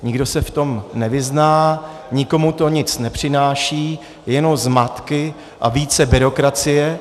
Nikdo se v tom nevyzná, nikomu to nic nepřináší, jenom zmatky a více byrokracie.